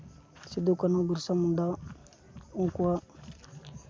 ᱥᱤᱫᱩᱼᱠᱟᱹᱱᱩ ᱵᱤᱨᱥᱟ ᱢᱩᱱᱰᱟ ᱩᱱᱠᱩᱣᱟᱜ